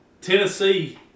Tennessee